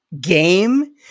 game